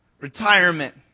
retirement